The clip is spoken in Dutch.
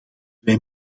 wij